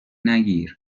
نگیر